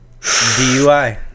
dui